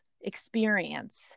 experience